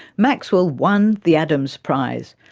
maxwell won the adams prize.